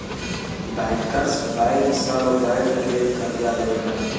bankers bank सब bank के करजा देवला